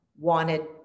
wanted